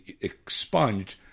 expunged